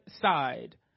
side